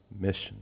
mission